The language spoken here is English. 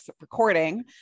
recording